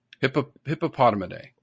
Hippopotamidae